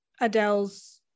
Adele's